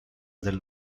del